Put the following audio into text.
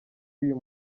yuyu